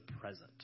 present